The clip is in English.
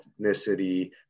ethnicity